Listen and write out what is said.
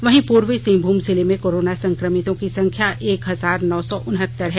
वहीं पूर्वी सिंहभूम जिले में कोरोना संकमितों की संख्या एक हजार नौ सौ उनहत्तर है